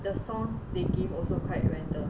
the songs they give also quite random